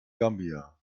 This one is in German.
gambia